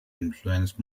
influenced